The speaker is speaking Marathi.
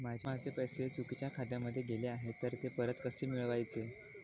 माझे पैसे चुकीच्या खात्यामध्ये गेले आहेत तर ते परत कसे मिळवायचे?